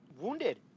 wounded